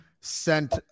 sent